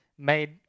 made